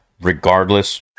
regardless